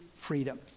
freedom